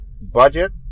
budget